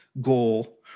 goal